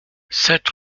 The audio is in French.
sept